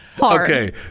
Okay